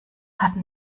hatten